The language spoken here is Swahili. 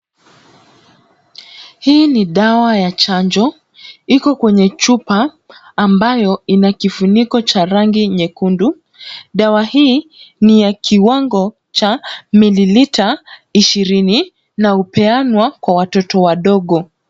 Hii ni dawa ya chanjo. Iko kwenye chupa ambayo ina kifuniko cha rangi nyekundu. Dawa hii ni ya kiwango cha mililita ishirini, na hupeanwa kwa watoto wadogo.